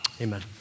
Amen